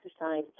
exercise